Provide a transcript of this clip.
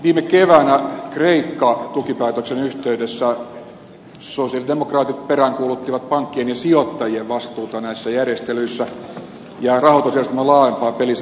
viime keväänä kreikka tukipäätöksen yhteydessä sosialidemokraatit peräänkuuluttivat pankkien ja sijoittajien vastuuta näissä järjestelyissä ja rahoitusjärjestelmän laajempaa pelisääntömuutosta